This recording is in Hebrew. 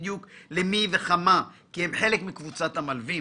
בדיוק למי וכמה כי הם חלק מקבוצת המלווים.